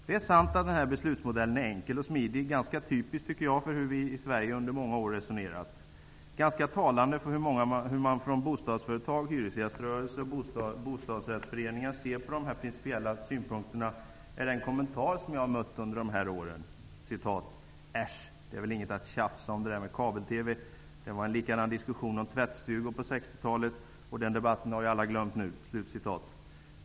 Det är sant att den här beslutsmodellen är enkel och smidig, ganska typisk -- tycker jag -- för hur vi i Sverige under många år resonerat. Ganska talande för hur man från bostadsföretag, hyresgäströrelsen och bostadsrättsföreningar ser på de här principiella synpunkterna är den kommentar som jag har mött under de här åren. ''Äsch, det där med kabel-TV är väl inget att tjafsa om -- det var en likadan diskussion om tvättstugor på 60-talet, och den debatten har ju alla glömt nu.''